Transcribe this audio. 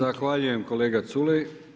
Zahvaljujem kolega Culej.